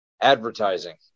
advertising